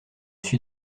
suis